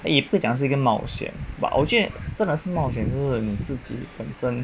也不是讲是一个冒险 but 我觉得真的是冒险就是你自己本身